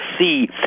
see